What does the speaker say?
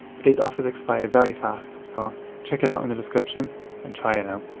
but these offers expire very fast so check it out in the description and try it out.